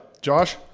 Josh